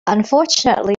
unfortunately